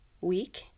week